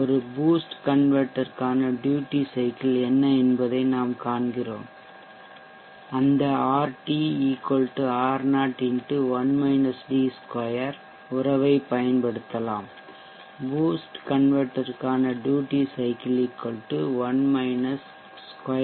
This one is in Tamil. ஒரு பூஸ்ட் கன்வெர்ட்டர்க்கான ட்யூட்டி சைக்கிள் என்ன என்பதை நாம் காண்கிறோம் அந்த RT R0 2 உறவை பயன்படுத்தலாம் பூஸ்ட் கன்வெர்ட்டர்க்கான duty cycle 1 square root RT R0